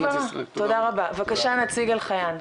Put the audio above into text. הנקודה הובהרה, תודה רבה, בבקשה, נציג חייאן.